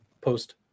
Post